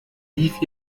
lief